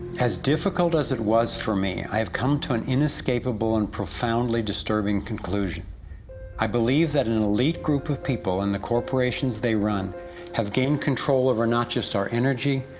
as difficult as it was for me, i've come to an inescapable and profoundly disturbing conclusion i believe that an elite group of people and the corporations they run have gained control over not just our energy,